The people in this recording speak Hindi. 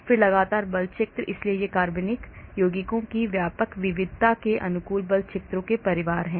फिर लगातार बल क्षेत्र इसलिए ये कार्बनिक यौगिकों की व्यापक विविधता के अनुकूल बल क्षेत्रों के परिवार हैं